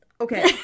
Okay